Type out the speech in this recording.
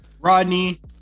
Rodney